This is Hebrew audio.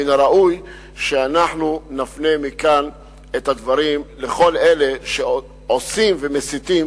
מן הראוי שאנחנו נפנה מכאן את הדברים לכל אלה שעושים ומסיתים,